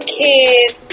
kids